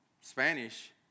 Spanish